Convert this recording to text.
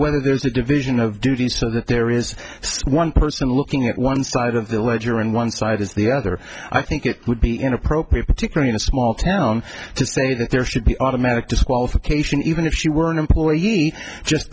whether there's a division of duties so that there is one person looking at one side of the ledger and one side is the other i think it would be inappropriate particularly in a small town to say that there should be automatic disqualification even if you were an employee just